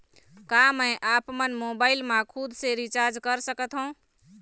का मैं आपमन मोबाइल मा खुद से रिचार्ज कर सकथों?